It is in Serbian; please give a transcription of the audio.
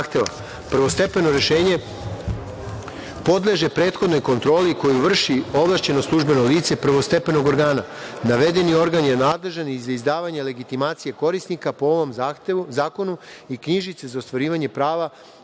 zahteva. Prvostepeno rešenje podleže prethodnoj kontroli koju vrši ovlašćeno službeno lice prvostepenog organa. Navedeni organ je nadležan i za izdavanje legitimacije korisnika po ovom zakonu i knjižice za ostvarivanje prava